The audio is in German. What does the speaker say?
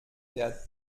der